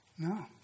No